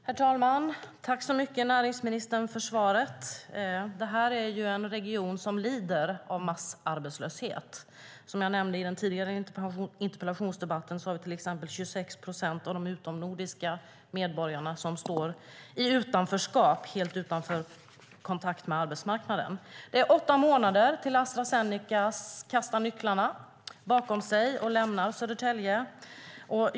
Herr talman! Tack så mycket, näringsministern, för svaret! Det här är en region som lider av massarbetslöshet. Som jag nämnde i den tidigare interpellationsdebatten är det till exempel 26 procent av de utomnordiska medborgarna som står i utanförskap, helt utan kontakt med arbetsmarknaden. Det är åtta månader till Astra Zeneca kastar nycklarna bakom sig och lämnar Södertälje.